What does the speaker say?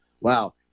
wow